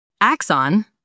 Axon